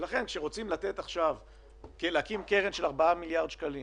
כשרוצים להקים קרן של ארבעה מיליארד שקלים